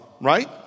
right